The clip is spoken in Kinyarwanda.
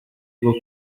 bwo